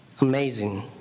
Amazing